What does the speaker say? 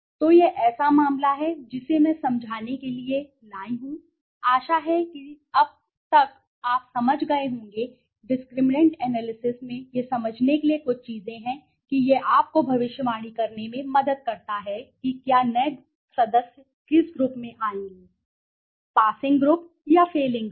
तो यह ऐसा मामला है जिसे मैं समझाने के लिए लाया हूँ आशा है कि अब तक आप समझ गए होंगे डिस्क्रिमिनैंट एनालिसिस में यह समझने के लिए कुछ चीजें हैं कि यह आपको भविष्यवाणी करने में मदद करता है कि क्या नए सदस्य किस ग्रुप में आएंगे पासिंग ग्रुप या फेलिंग ग्रुप